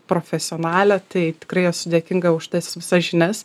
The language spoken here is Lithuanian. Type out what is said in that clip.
profesionalė tai tikrai esu dėkinga už tas visas žinias